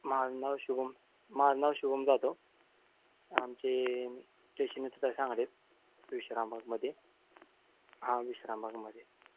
माझं नाव शुभम माझं नाव शुभम जादव आमचे स्टेशन इथंच आहे सांगलीत विश्रामबागमध्ये हां विश्रामबागमध्ये